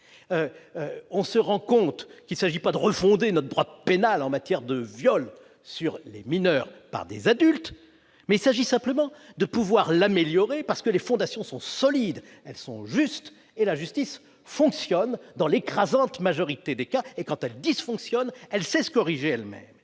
on se rend compte qu'il ne s'agit pas de refonder notre droit pénal, pour ce qui concerne les viols commis sur des mineurs par des adultes : il s'agit simplement de l'améliorer. Les fondations sont solides, elles sont justes. La justice fonctionne dans l'écrasante majorité des cas ; et, quand elle dysfonctionne, elle sait se corriger elle-même.